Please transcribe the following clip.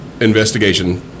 investigation